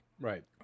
Right